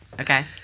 Okay